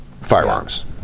firearms